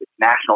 national